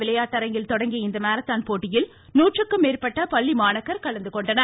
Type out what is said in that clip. விளையாட்டரங்கில் தொடங்கிய இந்த மாரத்தான் அண்ணா போட்டியில் நூற்றுக்கும் மேற்பட்ட பள்ளி மாணாக்கர் கலந்துகொண்டனர்